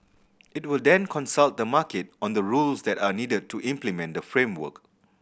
it will then consult the market on the rules that are needed to implement the framework